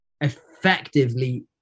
effectively